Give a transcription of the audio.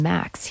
Max